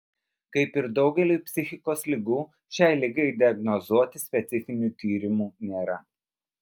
kaip ir daugeliui psichikos ligų šiai ligai diagnozuoti specifinių tyrimų nėra